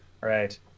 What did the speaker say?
Right